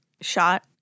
shot